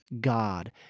God